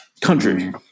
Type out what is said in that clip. country